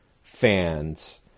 fans